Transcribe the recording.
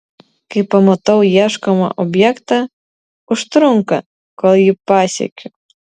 kai pamatau ieškomą objektą užtrunka kol jį pasiekiu